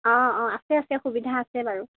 অঁ অঁ আছে আছে সুবিধা আছে বাৰু